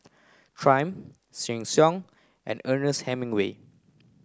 Triumph Sheng Siong and Ernest Hemingway